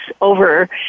over